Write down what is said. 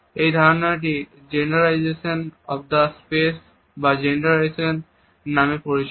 এই ধারনাটি genderisation of the space বা জেন্ডারাইজেশন নামে পরিচিত